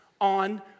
on